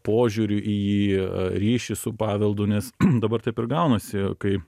požiūrių į jį ryšį su paveldu nes dabar taip ir gaunasi kai